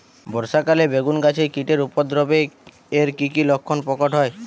বর্ষা কালে বেগুন গাছে কীটের উপদ্রবে এর কী কী লক্ষণ প্রকট হয়?